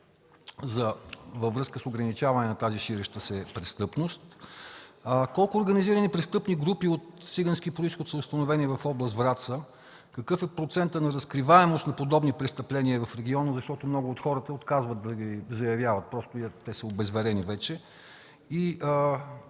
МВР във връзка с ограничаване на тази ширеща се престъпност? Колко организирани престъпни групи от цигански произход са установени в област Враца? Какъв е процентът на разкриваемост на подобни престъпления в региона, защото много от хората отказват да ги заявяват? Те са обезверени вече.